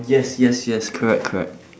yes yes yes correct correct